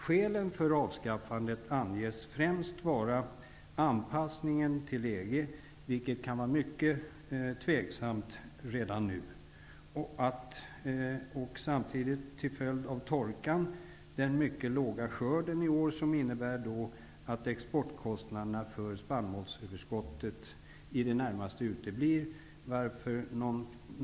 Skälen till avskaffandet anges främst vara anpassningen till EG -- något som kan vara mycket tveksamt att göra redan nu -- och att årets till följd av torkan mycket lilla skörd innebär att exportkostnaderna för spannmålsöverskottet i det närmaste uteblir.